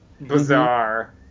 bizarre